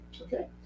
Okay